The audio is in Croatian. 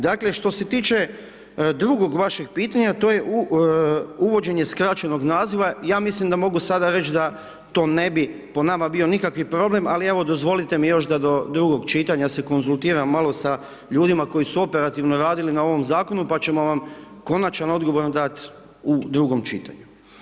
Dakle, što se tiče drugog vašeg pitanja, to je uvođenje skraćenog naziva, ja mislim da mogu sada reći da to ne bi po nama bio nikakvi problem, ali evo, dozvolite mi još da do drugog čitanja, se konzultiram malo sa ljudima koji su operativno radili na ovom Zakonu, pa ćemo vam konačan odgovor onda dat' u drugom čitanju.